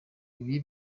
ibi